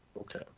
Okay